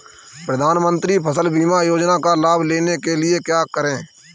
प्रधानमंत्री फसल बीमा योजना का लाभ लेने के लिए क्या करें?